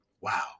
Wow